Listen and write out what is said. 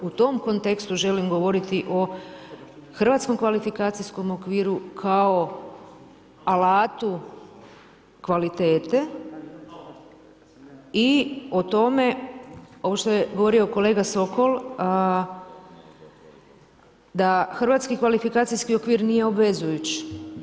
U tom kontekstu želim govoriti o Hrvatskom kvalifikacijskom okviru kao alatu kvalitete i o tome ovo što je govorio kolega Sokol, da Hrvatski kvalifikacijski okvir nije obvezujući.